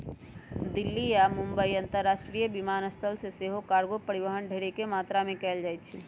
दिल्ली आऽ मुंबई अंतरराष्ट्रीय विमानस्थल से सेहो कार्गो परिवहन ढेरेक मात्रा में कएल जाइ छइ